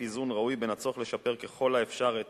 איזון ראוי בין הצורך לשפר ככל האפשר את